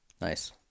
nice